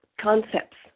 concepts